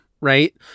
Right